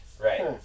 Right